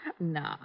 no